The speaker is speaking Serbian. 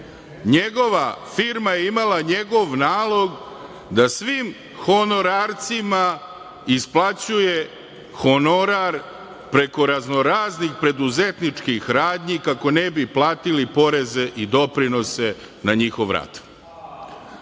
njegova firma je imala njegov nalog da svim honorarcima isplaćuje honorar preko raznoraznih preduzetničkih radnji, kako ne bi platili poreze i doprinose na njihov rad.